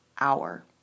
hour